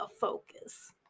focus